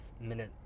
minute